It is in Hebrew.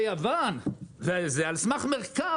וזה על סמך מחקר,